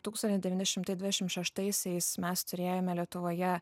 tūksani devyni šimtai dviašim šeštaisiais mes turėjome lietuvoje